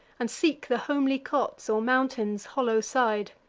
and seek the homely cots, or mountain's hollow side.